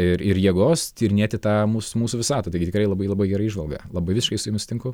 ir ir jėgos tyrinėti tą mus mūsų visatą taigi tikrai labai labai gera įžvalga labai visiškai su jums sutinku